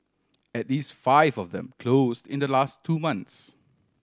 at least five of them closed in the last two months